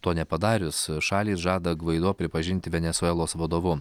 to nepadarius šalys žada gvaido pripažinti venesuelos vadovu